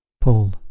PAUL